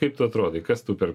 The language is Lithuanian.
kaip tu atrodai kas tu per